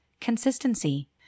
consistency